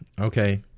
okay